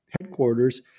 headquarters